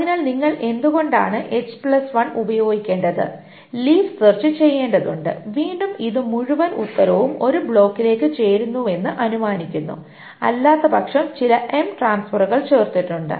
അതിനാൽ നിങ്ങൾ എന്തുകൊണ്ടാണ് ഉപയോഗിക്കേണ്ടത് ലീഫ് സെർച്ച് ചെയ്യേണ്ടതുണ്ട് വീണ്ടും ഇത് മുഴുവൻ ഉത്തരവും ഒരു ബ്ലോക്കിലേക്ക് ചേരുന്നുവെന്ന് അനുമാനിക്കുന്നു അല്ലാത്തപക്ഷം ചില ട്രാൻസ്ഫറുകൾ ചേർത്തിട്ടുണ്ട്